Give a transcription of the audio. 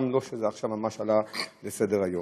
גם לא מה שעלה עכשיו לסדר-היום.